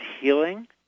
Healing